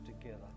together